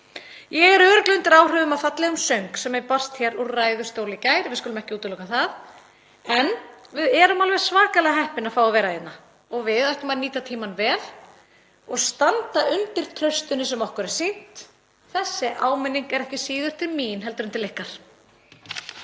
Ég er örugglega undir áhrifum af fallegum söng sem barst hér úr ræðustóli í gær, við skulum ekki útiloka það. En við erum alveg svakalega heppin að fá að vera hérna og við ættum að nýta tímann vel og standa undir traustinu sem okkur er sýnt. Þessi áminning er ekki síður til mín heldur en til ykkar.